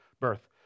birth